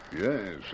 Yes